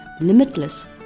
limitless